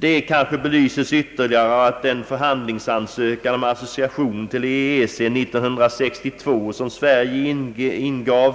Det kanske belyses ytterligare av att den förhandlingsansökan rörande association till EEC som Sverige ingav 1962